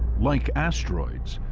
like asteroids,